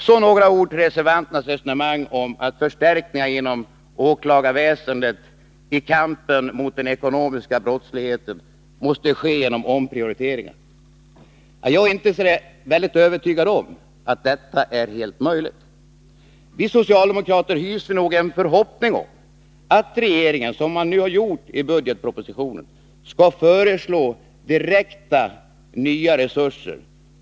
Så några ord om reservanternas resonemang om att förstärkningarna inom åklagarväsendet i kampen mot den ekonomiska brottsligheten måste ske genom omprioriteringar. Jag är inte helt övertygad om att detta är möjligt. Vi socialdemokrater hyser nog en förhoppning om att regeringen, som den nu har gjort i budgetpropositionen, skall föreslå direkta, nya resurser.